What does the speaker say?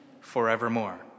forevermore